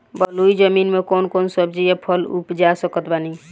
बलुई जमीन मे कौन कौन सब्जी या फल उपजा सकत बानी?